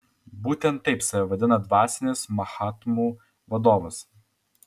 būtent taip save vadina dvasinis mahatmų vadovas